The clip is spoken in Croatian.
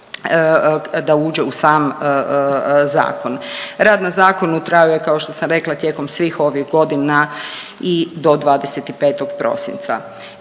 da uđe u sam zakon. Rad na zakonu trajao je kao što sam rekla tijekom svih ovih godina i do 25. prosinca.